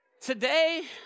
Today